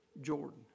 Jordan